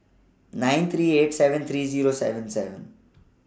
nine three eight seven three Zero seven seven